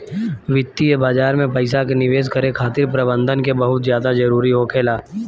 वित्तीय बाजार में पइसा के निवेश करे खातिर प्रबंधन के बहुत ज्यादा जरूरी होखेला